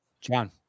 John